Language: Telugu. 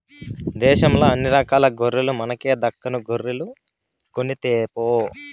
దేశంల అన్ని రకాల గొర్రెల మనకేల దక్కను గొర్రెలు కొనితేపో